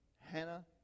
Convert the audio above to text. Hannah